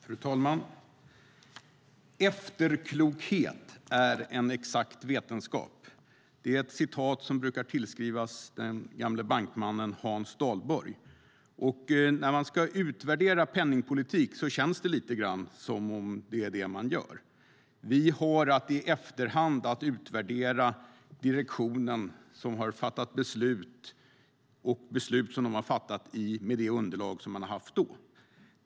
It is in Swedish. Fru talman! "Efterklokhet är en exakt vetenskap." Detta citat brukar tillskrivas den gamle bankmannen Hans Dahlborg. När man ska utvärdera penningpolitik känns det lite grann som att det är detta man gör - vi har att i efterhand utvärdera den direktion som fattat beslut med det underlag den hade då.